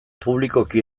publikoki